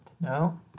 No